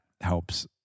helps